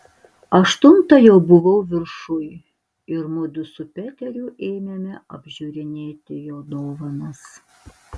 aštuntą jau buvau viršuj ir mudu su peteriu ėmėme apžiūrinėti jo dovanas